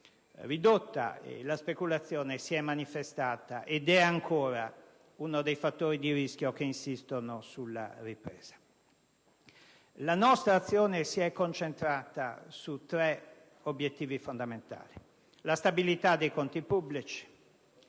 ridotta e la speculazione si è manifestata ed è ancora uno dei fattori di rischio che insistono sulla ripresa. La nostra azione si è concentrata su tre obiettivi fondamentali: la stabilità dei conti pubblici,